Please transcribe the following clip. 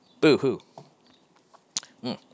Boo-hoo